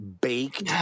baked